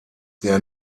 der